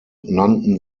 nannten